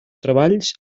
treballs